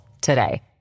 today